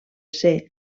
ser